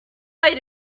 way